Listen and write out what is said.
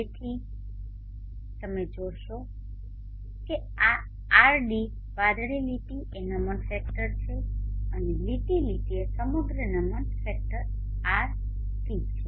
તેથી તમે જોશો કે આ Rd વાદળી લીટી એ નમન ફેક્ટર છે અને લીલી લીટી એ સમગ્ર નમન ફેક્ટર Rt છે